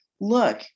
look